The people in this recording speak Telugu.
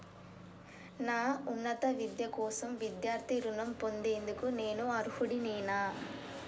నా ఉన్నత విద్య కోసం విద్యార్థి రుణం పొందేందుకు నేను అర్హుడినేనా?